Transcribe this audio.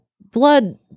blood